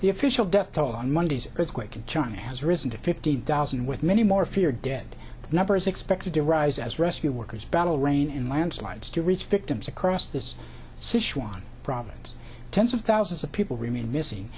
the official death toll on monday's earthquake in china has risen to fifteen thousand with many more feared dead numbers expected to rise as rescue workers battle rain in landslides to reach victims across this sichuan province tens of thousands of people remain missing